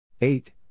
Eight